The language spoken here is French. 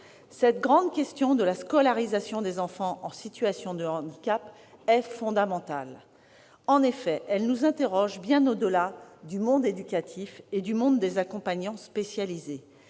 Cette grande question de la scolarisation des enfants en situation de handicap est fondamentale. En effet, elle nous interroge bien au-delà du monde éducatif et du monde des accompagnants spécialisés.